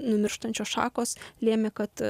numirštančios šakos lėmė kad